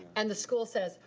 and the school says,